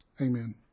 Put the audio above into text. Amen